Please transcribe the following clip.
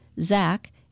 Zach